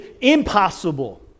impossible